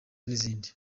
n’izindi